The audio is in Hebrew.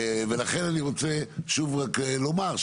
לכן אני רוצה שוב רק לומר,